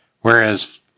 whereas